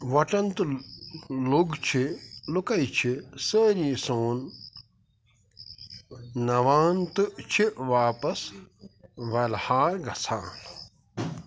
وۄٹَن تہٕ لوٚگ چھِ لوکے چھِ سٲری سون نَوان تہٕ چھِ واپس وَلہا گژھان